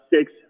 six